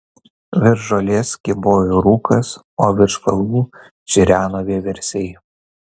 virš žolės kybojo rūkas o virš kalvų čireno vieversiai